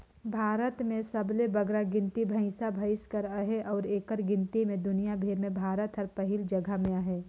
भारत में सबले बगरा गिनती भंइसा भंइस कर अहे अउ एकर गिनती में दुनियां भेर में भारत हर पहिल जगहा में अहे